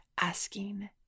asking